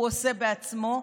הוא עושה בעצמו,